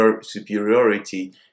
superiority